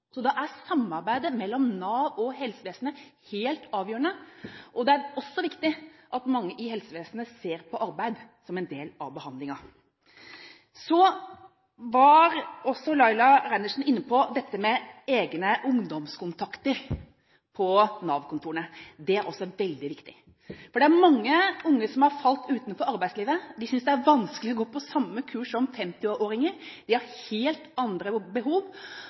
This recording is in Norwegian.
Så da er samarbeidet mellom Nav og helsevesenet helt avgjørende, og det er også viktig at mange i helsevesenet ser på arbeid som en del av behandlingen. Laila Marie Reiertsen var også inne på dette med egne ungdomskontakter på Nav-kontorene. Det er også veldig viktig, for det er mange unge som har falt utenfor arbeidslivet, og de synes det er vanskelig å gå på samme kurs som 50-åringer, de har helt andre behov.